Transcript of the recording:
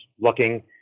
looking